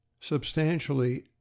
substantially